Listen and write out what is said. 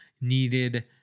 needed